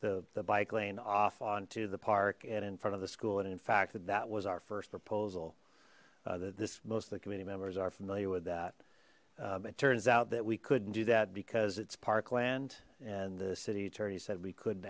the the bike lane off on to the park and in front of the school and in fact that was our first proposal that this most of the committee members are familiar with that it turns out that we couldn't do that because it's parkland and the city attorney said we couldn't